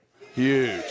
huge